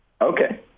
Okay